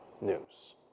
news